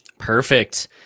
Perfect